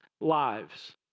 lives